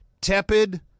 tepid